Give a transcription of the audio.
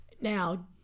Now